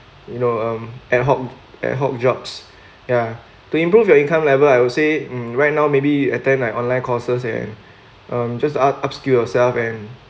you know um ad hoc ad hoc jobs ya to improve your income level I would say mm right now maybe attend like online courses and um just up up skill yourself and